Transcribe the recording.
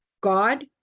God